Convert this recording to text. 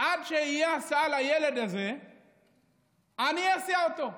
עד שתהיה הסעה לילד הזה אני אסיע אותו.